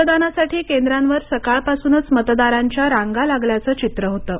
मतदानासाठी केंद्रांवर सकाळ पासूनच मतदारांच्या रांगा लागल्याचं चित्र होतं